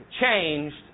changed